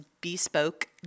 bespoke